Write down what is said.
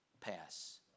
pass